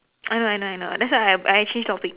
I know I know I know that's why I I change topic